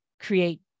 create